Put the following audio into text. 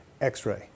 X-ray